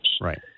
right